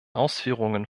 ausführungen